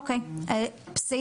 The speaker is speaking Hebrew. בסדר.